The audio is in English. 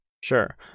Sure